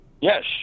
Yes